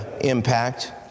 impact